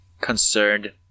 concerned